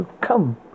come